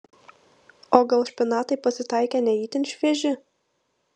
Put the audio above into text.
o gal špinatai pasitaikė ne itin švieži